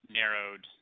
narrowed